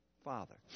Father